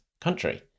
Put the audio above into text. country